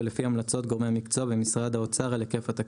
ולפי המלצות גורמי המקצוע במשרד האוצר על היקף התקציב.